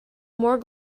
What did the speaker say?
more